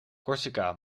corsica